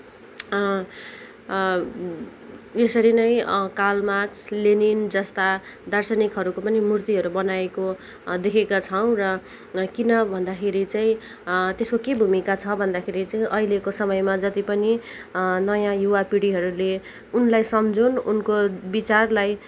यसरी नै Karl Marx Lenin जस्ता दार्शिनिकहरूको पनि मुर्तिहरू बनाएको देखेका छौँ र किन भन्दा खेरि चाहिँ त्यसको के भूमिका छ भन्दाखेरि चाहिँ अहिलेको समयमा जतिपनि नयाँ युवा पिढीहरूले उनलाई सम्झुन उनको विचारलाई